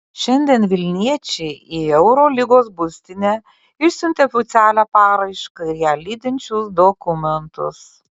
šiandien vilniečiai į eurolygos būstinę išsiuntė oficialią paraišką ir ją lydinčius dokumentus